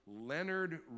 Leonard